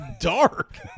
dark